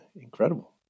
Incredible